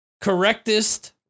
correctest